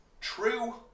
True